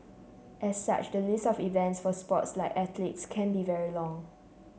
as such the list of events for sports like athletics can be very long